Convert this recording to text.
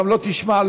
לא תשמע,